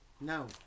No